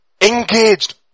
engaged